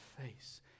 face